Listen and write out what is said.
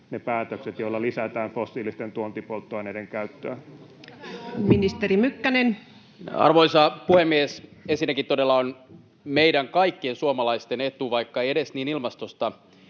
ne päätökset, joilla lisätään fossiilisten tuontipolttoaineiden käyttöä? [Vilhelm Junnila: Lunta on tänäkin jouluna!] Ministeri Mykkänen. Arvoisa puhemies! Ensinnäkin todella on meidän kaikkien suomalaisten etu — vaikka ei edes niin ilmastosta